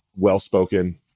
well-spoken